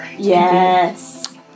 Yes